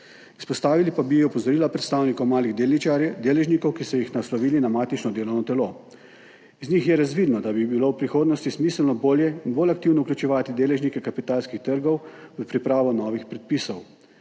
Izpostavili pa bi opozorila predstavnikov malih deležnikov, ki so jih naslovili na matično delovno telo. Iz njih je razvidno, da bi bilo v prihodnosti smiselno bolje in bolj aktivno vključevati deležnike kapitalskih trgov v pripravo novih predpisov.